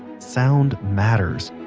sound matters.